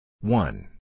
One